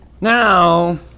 Now